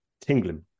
Tingling